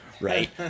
right